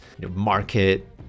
market